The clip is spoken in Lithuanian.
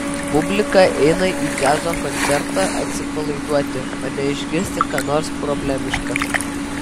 publika eina į džiazo koncertą atsipalaiduoti o ne išgirsti ką nors problemiška